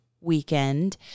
weekend